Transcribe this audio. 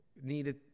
needed